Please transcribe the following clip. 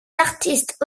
artistes